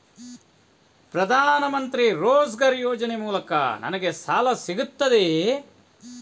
ಪ್ರದಾನ್ ಮಂತ್ರಿ ರೋಜ್ಗರ್ ಯೋಜನೆ ಮೂಲಕ ನನ್ಗೆ ಸಾಲ ಸಿಗುತ್ತದೆಯೇ?